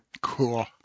Cool